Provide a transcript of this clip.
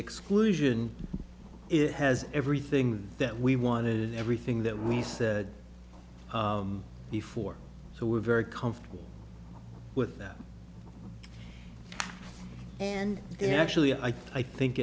exclusion it has everything that we wanted everything that we said before so we're very comfortable with that and they actually i think